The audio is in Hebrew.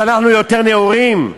אז אנחנו יותר נאורים?